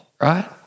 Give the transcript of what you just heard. right